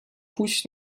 pójść